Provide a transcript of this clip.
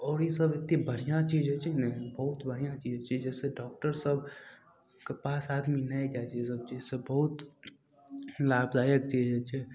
आओर ईसब एते बढ़िआँ चीज होइ छै ने बहुत बढ़िआँ चीज होइ छै जैसँ डॉक्टर सबके पास आदमी नहि जाइ छै ईसब चीजसँ बहुत लाभदायक चीज होइ छै